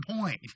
point